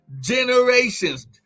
generations